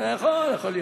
לא יכול להיות.